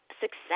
success